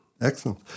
Excellent